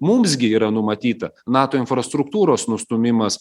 mums gi yra numatyta nato infrastruktūros nustūmimas